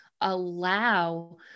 allow